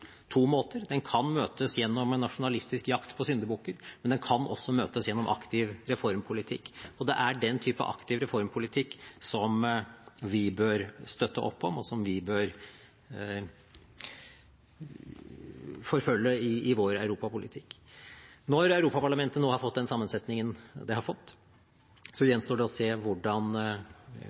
to måter: Den kan møtes gjennom en nasjonalistisk jakt på syndebukker, men den kan også møtes gjennom aktiv reformpolitikk. Og det er den type aktiv reformpolitikk som vi bør støtte opp om, og som vi bør forfølge i vår europapolitikk. Når Europaparlamentet nå har fått den sammensetningen det har fått, gjenstår det å se hvordan